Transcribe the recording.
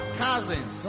cousins